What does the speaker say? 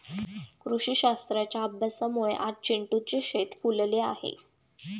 कृषीशास्त्राच्या अभ्यासामुळे आज चिंटूचे शेत फुलले आहे